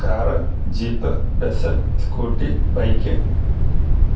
car jeep bus scooty bike